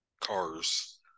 cars